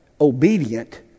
obedient